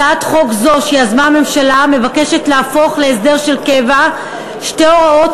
הצעת חוק זו שיזמה הממשלה מבקשת להפוך להסדר של קבע שתי הוראות